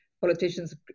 politicians